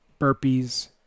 burpees